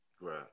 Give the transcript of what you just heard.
Right